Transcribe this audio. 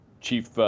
Chief